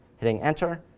hitting enter,